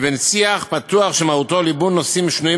לבין שיח פתוח שמהותו ליבון נושאים שנויים